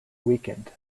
weakened